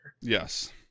Yes